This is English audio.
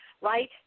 right